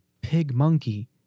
pig-monkey